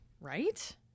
Right